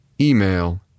Email